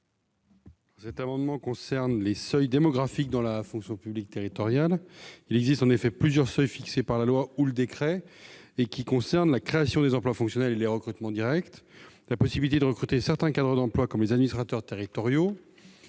Cet amendement vise les seuils démographiques dans la fonction publique territoriale. Il existe en effet plusieurs seuils fixés par la loi ou le décret pour la création des emplois fonctionnels, les recrutements directs, notamment de certains cadres d'emplois comme les administrateurs territoriaux,